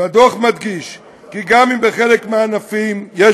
ובדוח מודגש כי גם אם בחלק מהענפים יש